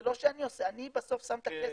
זה לא שאני עושה אני בסוף שם את הכסף,